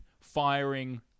firing